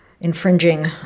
infringing